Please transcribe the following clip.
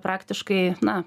praktiškai na